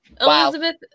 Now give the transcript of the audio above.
Elizabeth